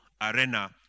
arena